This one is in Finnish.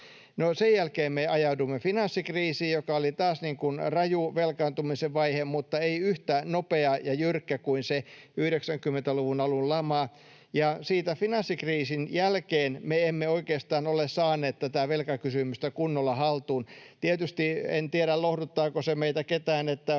Sen jälkeen me ajauduimme finanssikriisiin, joka oli taas raju velkaantumisen vaihe, mutta ei yhtä nopea ja jyrkkä kuin se 90-luvun alun lama, ja sen finanssikriisin jälkeen me emme oikeastaan ole saaneet tätä velkakysymystä kunnolla haltuun. En tiedä, lohduttaako se meitä ketään, mutta